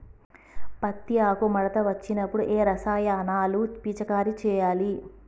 పత్తి ఆకు ముడత వచ్చినప్పుడు ఏ రసాయనాలు పిచికారీ చేయాలి?